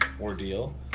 ordeal